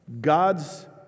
God's